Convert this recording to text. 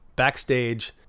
Backstage